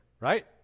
right